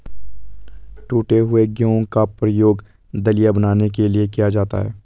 टूटे हुए गेहूं का प्रयोग दलिया बनाने के लिए किया जाता है